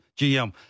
GM